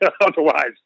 Otherwise